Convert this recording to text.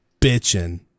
bitching